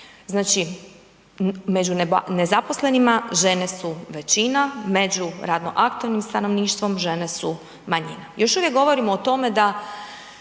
Znači među nezaposlenima žene su većina. Među radnoaktivnim stanovništvom žene su manjina. Još uvijek govorimo o tome da